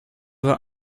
vingt